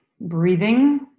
breathing